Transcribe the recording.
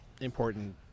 important